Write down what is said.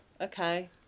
okay